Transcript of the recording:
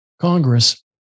Congress